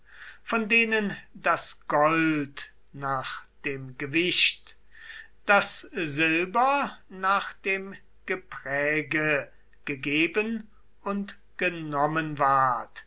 von denen das gold nach dem gewicht das silber nach dem gepräge gegeben und genommen ward